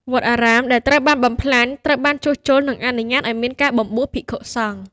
វត្តអារាមដែលត្រូវបានបំផ្លាញ ត្រូវបានជួសជុល និងអនុញ្ញាតឱ្យមានការបំបួសភិក្ខុសង្ឃ។